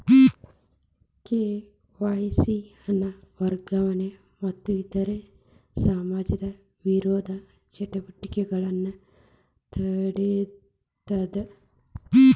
KYC ಹಣ ವರ್ಗಾವಣೆ ಮತ್ತ ಇತರ ಸಮಾಜ ವಿರೋಧಿ ಚಟುವಟಿಕೆಗಳನ್ನ ತಡೇತದ